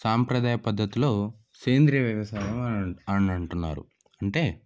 సాంప్రదాయ పద్ధతిలో సేంద్రీయ వ్యవసాయం అనం అనంటున్నారు అంటే